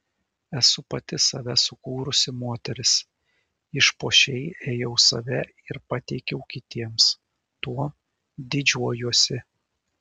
esu pati save sukūrusi moteris išpuošei ėjau save ir pateikiau kitiems tuo didžiuojuosi